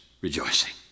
rejoicing